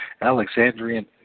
Alexandrian